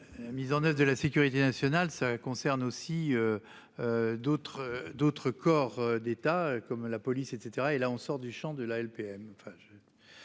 La mise en oeuvre de la sécurité nationale concerne aussi d'autres corps d'État, comme la police, etc. On sort donc du champ de la LPM.